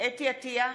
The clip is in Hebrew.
חוה אתי עטייה,